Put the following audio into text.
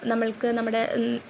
നമുക്ക് നമ്മുടെ